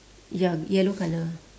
ya yellow colour